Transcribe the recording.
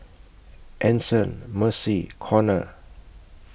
Anson Mercy and Conner